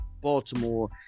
Baltimore